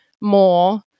more